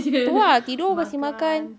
tu ah tidur kasi makan